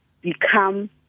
become